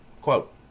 quote